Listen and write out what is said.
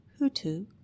Hutu